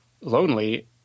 lonely